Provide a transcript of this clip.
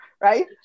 right